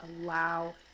allow